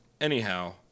Anyhow